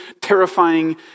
terrifying